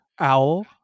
Owl